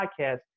podcast